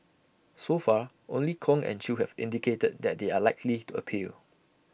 so far only Kong and chew have indicated that they are likely to appeal